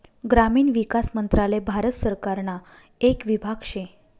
ग्रामीण विकास मंत्रालय भारत सरकारना येक विभाग शे